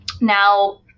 Now